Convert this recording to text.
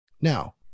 Now